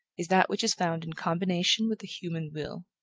is that which is found in combination with the human will.